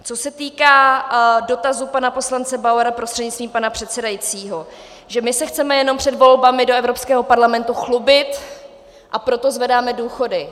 Co se týká dotazu pana poslance Bauera prostřednictvím pana předsedajícího, že my se chceme jenom před volbami do Evropského parlamentu chlubit, a proto zvedáme důchody.